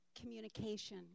communication